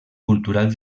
cultural